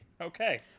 okay